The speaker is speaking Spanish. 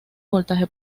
voltaje